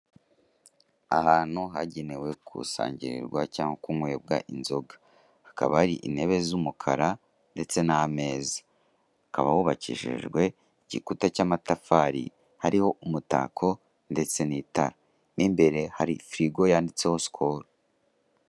Ahantu hagenewe gusangirirwa cyangwa kunywebwa inzoga, hakaba hari intebe z'umukara ndetse n'ameza, hakaba hubakishijwe igikuta cy'amatafari, hariho umutako ndetse n'itara mu imbere hari firigo yanditseho skohol.